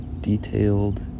detailed